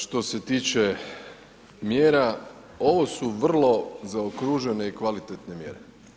Što se tiče mjera, ovo su vrlo zaokružene i kvalitetne mjere.